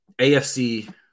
AFC